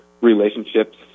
relationships